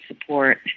support